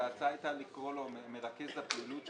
ההצעה היתה לקרוא לו מרכז הפעילות.